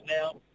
now